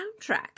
soundtrack